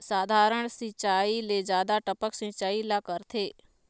साधारण सिचायी ले जादा टपक सिचायी ला करथे